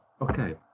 Okay